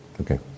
okay